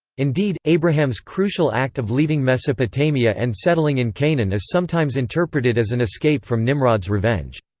indeed, abraham's crucial act of leaving mesopotamia and settling in canaan is sometimes interpreted as an escape from nimrod's revenge.